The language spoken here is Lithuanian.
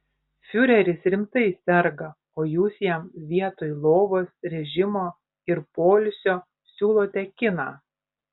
fiureris rimtai serga o jūs jam vietoj lovos režimo ir poilsio siūlote kiną